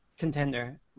contender